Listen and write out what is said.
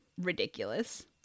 ridiculous